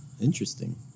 Interesting